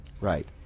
Right